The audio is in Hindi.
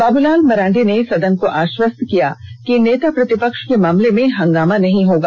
बाबूलाल मरांडी ने सदन को आष्वस्त किया कि नेता प्रतिपक्ष के मामले में हंगामा नहीं होगा